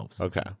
Okay